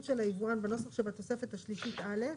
של היבואן בנוסח שבתוספת השלישית א',